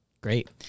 Great